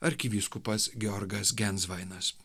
arkivyskupas georgas gensvainas